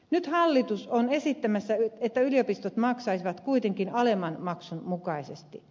nyt hallitus on esittämässä että yliopistot maksaisivat kuitenkin alemman maksun mukaisesti